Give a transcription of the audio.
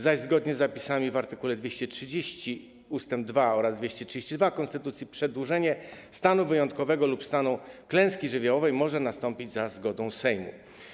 Zaś zgodnie z zapisami w art. 230 ust. 2 oraz art. 232 konstytucji przedłużenie stanu wyjątkowego lub stanu klęski żywiołowej może nastąpić za zgodą Sejmu.